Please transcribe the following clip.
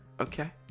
Okay